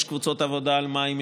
יש קבוצות עבודה על מים,